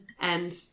and-